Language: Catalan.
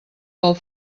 pel